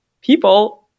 people